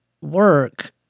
work